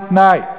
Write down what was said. על תנאי,